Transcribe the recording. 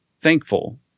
thankful